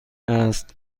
است